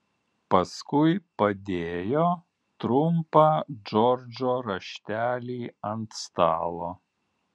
paskui padėjo trumpą džordžo raštelį ant stalo